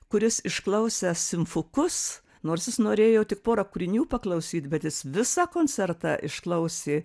kuris išklausęs simfukus nors jis norėjo tik porą kūrinių paklausyt bet jis visą koncertą išklausė